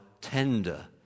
tender